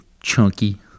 chunky